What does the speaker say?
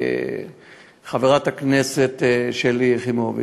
חברת הכנסת שלי יחימוביץ,